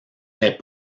est